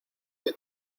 que